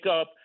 up